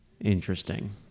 Interesting